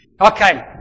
Okay